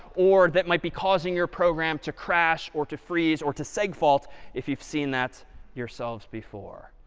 or that might be causing your program to crash, or to freeze, or to segfault if you've seen that yourselves before.